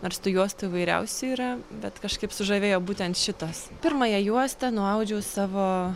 nors tų juostų įvairiausių yra bet kažkaip sužavėjo būtent šitas pirmąją juostą nuaudžiau savo